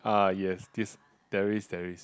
ah yes this there is there is